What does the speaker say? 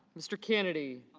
mr. kennedy